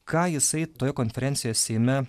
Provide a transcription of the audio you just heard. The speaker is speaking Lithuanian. ką jisai toje konferencijoje seime